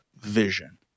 vision